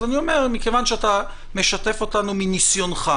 אני אומר שמכיוון שאתה משתף אותנו בניסיונך,